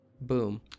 Boom